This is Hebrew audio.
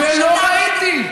לא ראיתי.